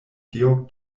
georg